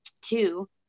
two